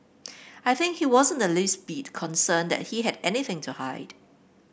I think he wasn't the least bit concerned that he had anything to hide